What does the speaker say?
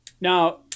now-